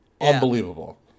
Unbelievable